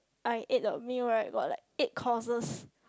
I ate a meal right got like eight courses